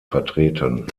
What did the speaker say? vertreten